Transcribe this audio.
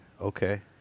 Okay